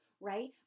right